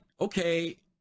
okay